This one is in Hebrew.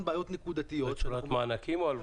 בצורת מענקים או הלוואות?